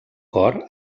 cor